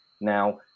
Now